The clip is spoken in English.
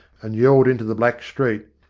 and yelled into the black street.